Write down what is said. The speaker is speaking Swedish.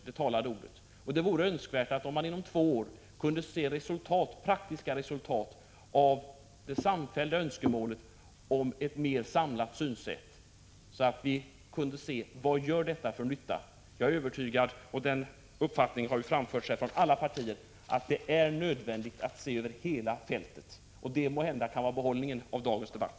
Det vore nämligen önskvärt att inom två år få se praktiska resultat när det gäller det samfällda önskemålet om ett mera samlat synsätt. Det gäller ju att ta reda på vad åtgärder på detta område gör för nytta. Jag är övertygad om — och den uppfattningen har här framförts av företrädare för alla partier — att det är nödvändigt att se till hela fältet. Måhända är det behållningen av dagens debatt.